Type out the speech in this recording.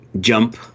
jump